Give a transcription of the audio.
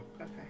Okay